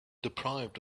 deprived